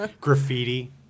Graffiti